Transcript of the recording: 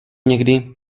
někdy